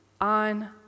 on